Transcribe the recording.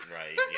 right